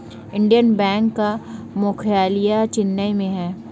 Indian Bank का मुख्यालय चेन्नई में है